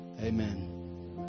Amen